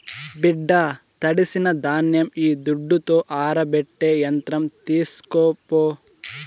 బిడ్డా తడిసిన ధాన్యం ఈ దుడ్డుతో ఆరబెట్టే యంత్రం తీస్కోపో